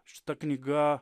šita knyga